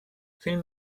film